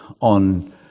on